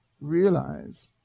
realize